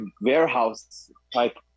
warehouse-type